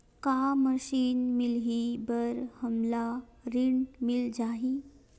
का मशीन मिलही बर हमला ऋण मिल जाही?